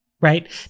Right